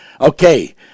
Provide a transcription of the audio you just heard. Okay